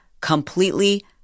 completely